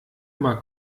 mal